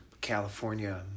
california